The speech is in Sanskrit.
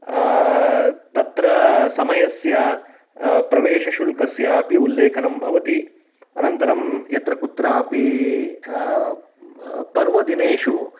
तत्र समयस्य प्रवेशशुल्कस्य अपि उल्लेखनं भवति अनन्तरं यत्र कुत्रापि पर्वदिनेषु